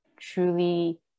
truly